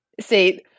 see